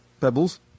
pebbles